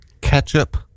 Ketchup